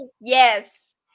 yes